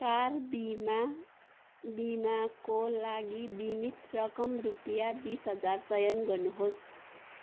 car बिमा बिमाको लागि बिमित रकम रुपियाँ बिस हजार चयन गर्नुहोस्